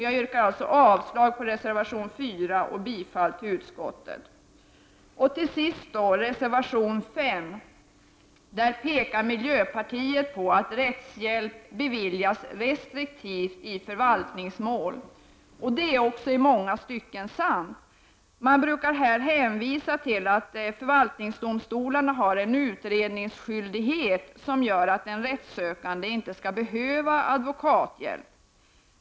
Jag yrkar alltså avslag på reservation 4 och bifall till utskottets hemställan. Till sist reservation 5, där miljöpartiet pekar på att rättshjälp beviljas restriktivt i förvaltningsmål. Det är också i många stycken sant. Man brukar hänvisa till att förvaltningsdomstolarna har en utredningsskyldighet som gör att den rättssökande inte skall behöva advokathjälp.